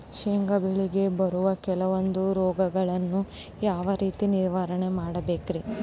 ಶೇಂಗಾ ಬೆಳೆಗೆ ಬರುವ ಕೆಲವೊಂದು ರೋಗಗಳನ್ನು ಯಾವ ರೇತಿ ನಿರ್ವಹಣೆ ಮಾಡಬೇಕ್ರಿ?